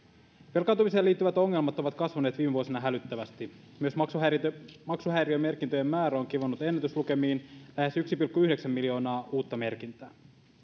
velkaantumiseen liittyvät ongelmat ovat kasvaneet viime vuosina hälyttävästi myös maksuhäiriömerkintöjen määrä on kivunnut ennätyslukemiin lähes yksi pilkku yhdeksän miljoonaa uutta merkintää